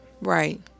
Right